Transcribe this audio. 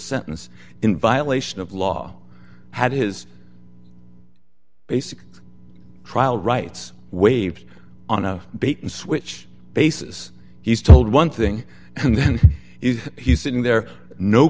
sentence in violation of law had his basic trial rights waived on a bait and switch basis he's told one thing and then he's sitting there no